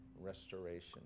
restoration